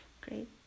great